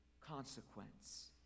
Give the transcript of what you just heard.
consequence